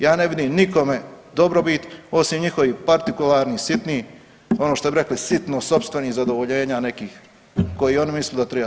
Ja ne vidim u nikome dobrobit, osim njihovih partikularnih, sitnih ono što bi rekli sitno sopstvenih zadovoljenja nekih koji oni misle da triba bit.